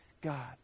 God